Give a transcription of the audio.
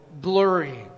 blurry